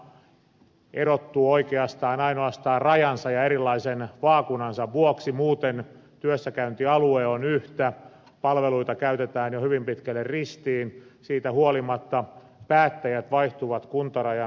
kun kaksi kuntaa erottuu oikeastaan ainoastaan rajansa ja erilaisen vaakunansa vuoksi muuten työssäkäyntialue on yhtä palveluita käytetään jo hyvin pitkälle ristiin siitä huolimatta päättäjät vaihtuvat kuntarajan vaihtuessa